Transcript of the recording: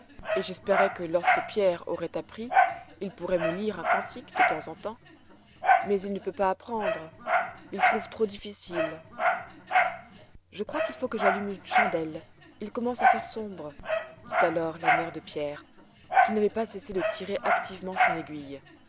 et j'espérais que lorsque pierre aurait appris il pourrait me lire un cantique de temps en temps mais il ne peut pas apprendre il trouve trop difficile je crois qu'il faut que j'allume une chandelle il commence à faire sombre dit alors la mère de pierre qui n'avait pas cessé de tirer activement son aiguille